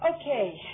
Okay